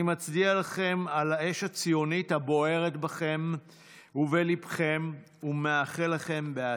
אני מצדיע לכם על האש הציונית הבוערת בליבכם ומאחל לכם הצלחה.